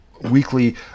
weekly